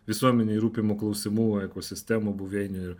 visuomenei rūpimų klausimų ekosistemų buveinių ir